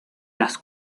las